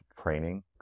training